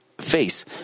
face